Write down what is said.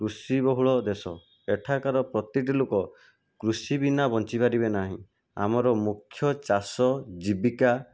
କୃଷି ବହୁଳ ଦେଶ ଏଠାକାର ପ୍ରତିଟି ଲୋକ କୃଷି ବିନା ବଞ୍ଚି ପାରିବେ ନାହିଁ ଆମର ମୁଖ୍ୟ ଚାଷ ଜୀବିକା